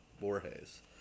Borges